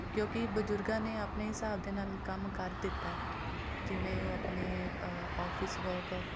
ਕਿਉਂਕਿ ਬਜ਼ੁਰਗਾਂ ਨੇ ਆਪਣੇ ਹਿਸਾਬ ਦੇ ਨਾਲ ਕੰਮ ਕਰ ਦਿੱਤਾ ਜਿਵੇਂ ਉਹ ਆਪਣੇ ਔਫਿਸ ਵਰਕ